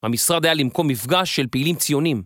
המשרד היה למקום מפגש של פעילים ציונים.